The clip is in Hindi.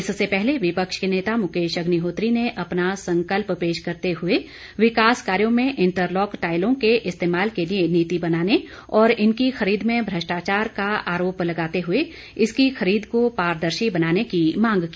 इससे पहले विपक्ष के नेता मुकेश अग्निहोत्री ने अपना संकल्प पेश करते हुए विकास कार्यो में इंटरलॉक टाइलों के इस्तेमाल के लिए नीति बनाने और इनकी खरीद में भ्रष्टाचार का आरोप लगाते हुए इसकी खरीद को पारदर्शी बनाने की मांग की